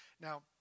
Now